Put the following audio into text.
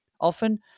often